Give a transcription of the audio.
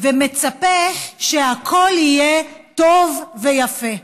ומצפה שהכול יהיה טוב ויפה.